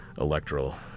electoral